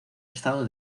estado